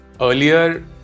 Earlier